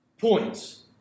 points